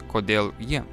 kodėl jie